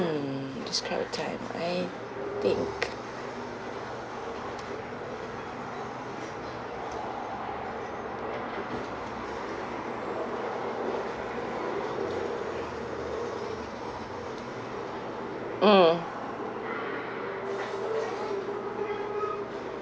mm describe a time I think mm